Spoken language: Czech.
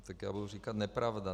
Tak já budu říkat nepravda.